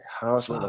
house